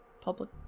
public